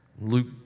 Luke